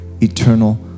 eternal